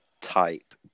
type